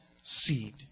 seed